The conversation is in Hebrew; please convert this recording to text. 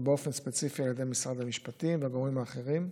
ובאופן ספציפי על ידי משרד המשפטים והגורמים האחרים.